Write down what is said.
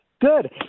Good